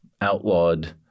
outlawed